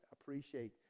appreciate